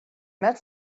met